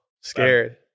scared